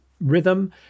rhythm